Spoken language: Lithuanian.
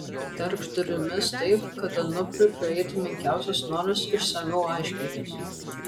ir terkšt durimis taip kad anuprui praeitų menkiausias noras išsamiau aiškintis